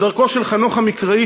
בדרכו של חנוך המקראי,